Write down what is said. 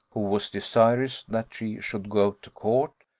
who was desirous that she should go to court,